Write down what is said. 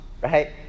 right